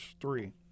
three